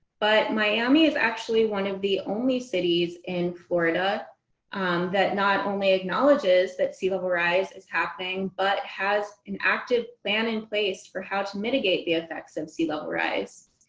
but miami is actually one of the only cities in florida that not only acknowledges that sea level rise is happening, but has an active ban in place for how to mitigate the effects of sea level rise,